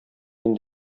мин